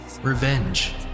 revenge